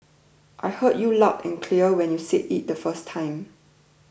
I heard you loud and clear when you said it the first time